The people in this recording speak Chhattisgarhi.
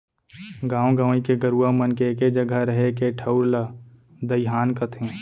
गॉंव गंवई के गरूवा मन के एके जघा रहें के ठउर ला दइहान कथें